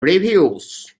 reviews